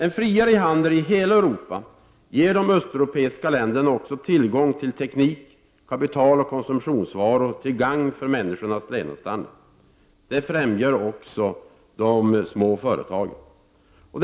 En friare handel i hela Europa ger de östeuropeiska länderna också tillgång till teknik, kapitaloch konsumtionsvaror till gagn för människornas levnadsstandard. Det främjar också de små företagen.